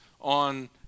on